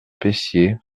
peyssier